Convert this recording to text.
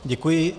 Děkuji.